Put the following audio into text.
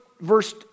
verse